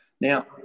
Now